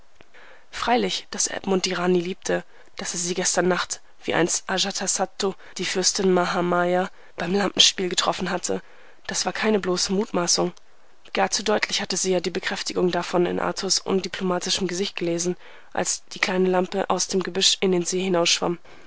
freilich daß edmund die rani liebte daß er sie gestern nacht wie einst ajatasattu die fürstin mahamaya beim lampenspiel getroffen hatte das war keine bloße mutmaßung gar zu deutlich hatte sie ja die bekräftigung davon in arthurs undiplomatischem gesicht gelesen als die kleine lampe aus dem gebüsch in den see